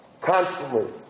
constantly